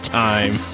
time